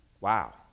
Wow